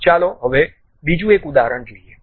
ચાલો હવે બીજું એક ઉદાહરણ જોઈએ